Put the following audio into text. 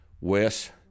Wes